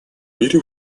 мире